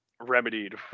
remedied